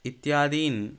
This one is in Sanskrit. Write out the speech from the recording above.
इत्यादीन्